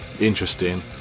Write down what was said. interesting